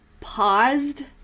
paused